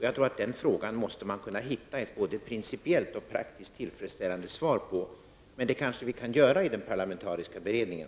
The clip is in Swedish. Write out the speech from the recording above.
Jag tror att man måste kunna hitta ett både principiellt och praktiskt tillfredsställande svar på den frågan, och det kanske vi kan göra i den parlamentariska beredningen.